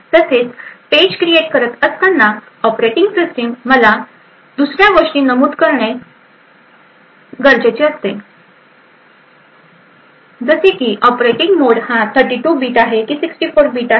तसेच page create करत असताना ऑपरेटिंग सिस्टिमला दुसऱ्या गोष्टी नमूद करणे गरजेचे असते जसे की ऑपरेटिंग मोड हा 32 बीट आहे की 64 बीट आहे